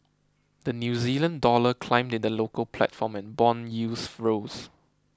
the New Zealand Dollar climbed in the local platform and bond yields rose